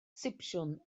sipsiwn